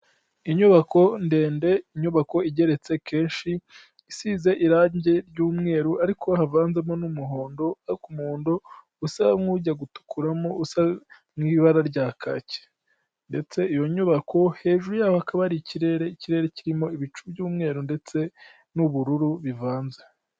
Inyubako ndende, inyubako igeretse kenshi, isize irangi ry'umweru ariko havanzemo n'umuhondo. Ariko umuhondo usa nk'ujya gutukuramo usa nk'ibara rya kaki. Ndetse iyo nyubako hejuru yaho hakaba hari ikirere, ikirere kirimo ibicu by'umweru ndetse n'ubururu bivanze.